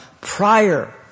prior